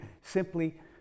simply